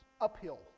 uphill